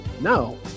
No